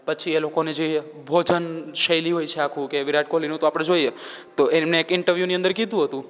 પછી એ લોકોને જે ભોજનશૈલી હોય છે આખું કે વિરાટ કોહલીનું તો આપણે જોઈએ તો એમને એક ઇંટરવ્યૂની અંદર કીધું હતું